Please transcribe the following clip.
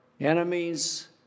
enemies